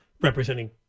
representing